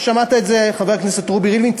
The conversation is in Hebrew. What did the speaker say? אתה שמעת את זה, חבר הכנסת רובי ריבלין?